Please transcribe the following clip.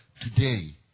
today